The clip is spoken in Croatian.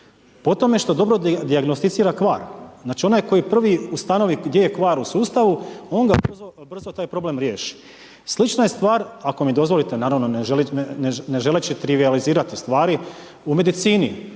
Po tome što dobro dijagnosticira kvar. Znači, onaj koji prvi ustanovi gdje je kvar u sustavu, on ga brzo taj problem riješi. Slična je stvar, ako mi dozvolite naravno, ne želeći trivijalizirati stvari. U medicini,